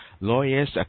lawyers